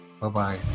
Bye-bye